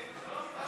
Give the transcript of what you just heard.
ההצעה